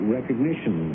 Recognition